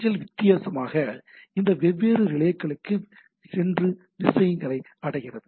அஞ்சல் வித்தியாசமாக இந்த வெவ்வேறு ரிலேக்களுக்குச் சென்று விஷயங்களை அடைகிறது